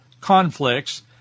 conflicts